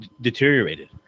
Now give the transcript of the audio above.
deteriorated